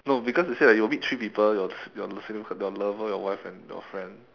no because they say you will meet three people your your your lover your boyfriend and your friend